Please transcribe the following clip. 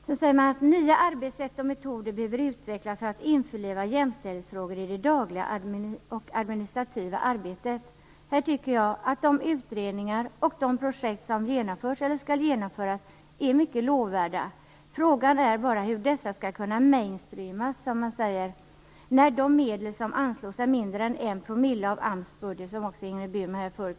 I punkt tre sägs att nya arbetssätt och metoder behöver utvecklas för att man skall kunna införliva jämställdhetsfrågor i det dagliga och administrativa arbetet. Här tycker jag att de utredningar och projekt som genomförts eller skall genomföras är mycket lovvärda. Frågan är bara hur dessa skall kunna fås att bli mainstream, när de medel som anslås är mindre än en promille av AMS budget, vilket också Ingrid Burman påpekade förut.